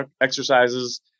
exercises